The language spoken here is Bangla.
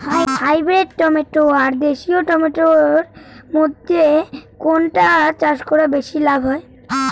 হাইব্রিড টমেটো আর দেশি টমেটো এর মইধ্যে কোনটা চাষ করা বেশি লাভ হয়?